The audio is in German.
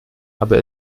aber